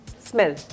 smell